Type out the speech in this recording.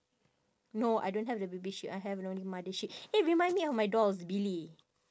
no I don't have the baby sheep I have only mother sheep eh remind me of my dolls billy